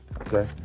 okay